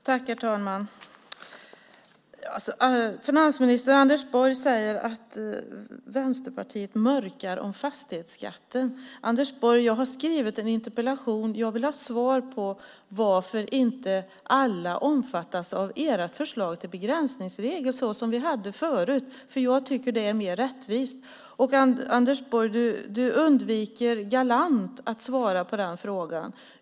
Herr talman! Finansminister Anders Borg säger att Vänsterpartiet mörkar om fastighetsskatten. Anders Borg, jag har skrivit en interpellation. Jag vill ha svar på varför inte alla omfattas av ert förslag till begränsningsregel såsom vi hade det förut, för jag tycker att det är mer rättvist. Anders Borg undviker galant att svara på den frågan.